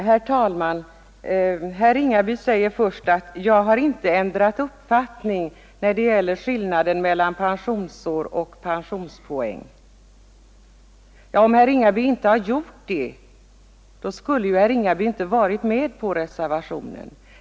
Herr talman! Herr Ringaby säger först att han inte har ändrat uppfattning när det gäller skillnaden mellan pensionsår och pensionspoäng. Om herr Ringaby inte gjort det, skulle herr Ringaby inte vara med på reservationen.